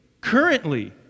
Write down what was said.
currently